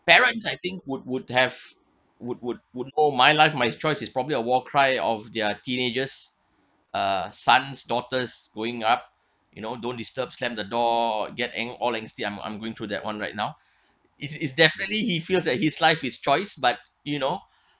parents I think would would have would would would oh my life my choice is probably a war cry of their teenagers uh sons daughters going up you know don't disturb slam the door get an~ all angsty I'm I'm going through that one right now it's it's definitely he feel that his life is choice but you know